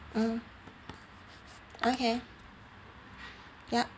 mm okay yup